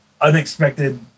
unexpected